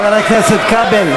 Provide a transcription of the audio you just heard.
חבר הכנסת כבל,